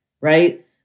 right